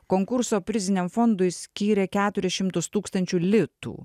konkurso priziniam fondui skyrė keturis šimtus tūkstančių litų